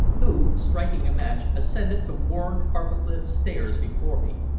who, striking a match, ascended the worn, carpetless stairs before me,